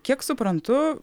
kiek suprantu